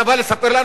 אתה בא לספר לנו